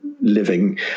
living